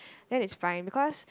that is fine because